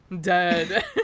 dead